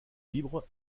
libre